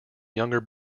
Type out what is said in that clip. younger